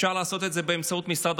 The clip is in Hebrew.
אפשר לעשות את זה באמצעות משרד